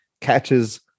catches